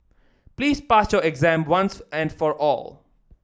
please pass your exam once and for all